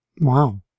Wow